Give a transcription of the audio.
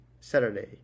Saturday